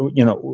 you know,